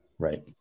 Right